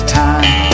time